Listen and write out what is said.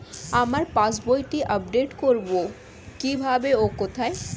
আমার পাস বইটি আপ্ডেট কোরবো কীভাবে ও কোথায়?